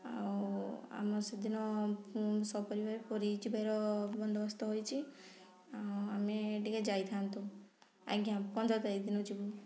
ଆଉ ଆମେ ସେଦିନ ସପରିବାର ପୁରୀ ଯିବାର ବନ୍ଦୋବସ୍ତ ହୋଇଛି ଆଉ ଆମେ ଟିକେ ଯାଇଥାନ୍ତୁ ଆଜ୍ଞା ପନ୍ଦର ତାରିଖ ଦିନ ଯିବୁ